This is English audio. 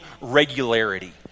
regularity